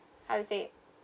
how to say